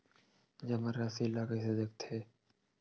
जमा राशि ला कइसे देखथे?